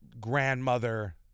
grandmother